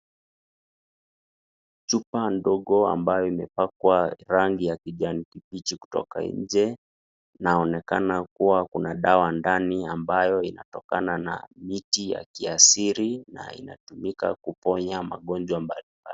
Chupa ndogo ambayo imepakwa rangi ya kijani kibichi kutoka nje inaonekana kuwa kuna dawa ndani ambayo inatokana na miti ya kiasiri na inatumika kuponya magonjwa mbalimbali.